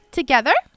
together